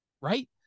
right